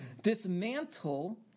dismantle